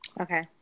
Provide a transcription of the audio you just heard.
Okay